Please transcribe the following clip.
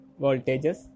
voltages